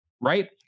right